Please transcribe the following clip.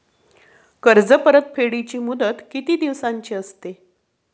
कर्ज परतफेडीची मुदत किती दिवसांची असते?